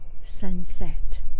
sunset